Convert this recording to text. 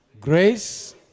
Grace